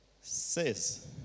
says